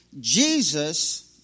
Jesus